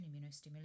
immunostimulation